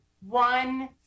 one